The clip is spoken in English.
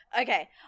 Okay